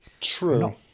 True